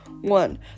One